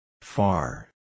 Far